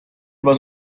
was